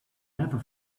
never